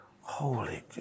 Holy